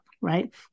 right